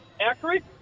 accurate